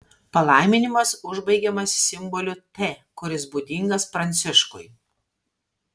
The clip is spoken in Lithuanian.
palaiminimas užbaigiamas simboliu t kuris būdingas pranciškui